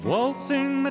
Waltzing